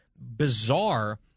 bizarre